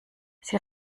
sie